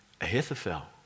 Ahithophel